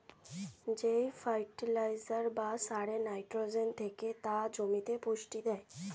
যেই ফার্টিলাইজার বা সারে নাইট্রোজেন থেকে তা জমিতে পুষ্টি দেয়